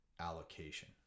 allocation